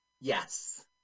Yes